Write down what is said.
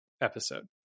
episode